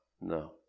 No